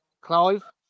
Clive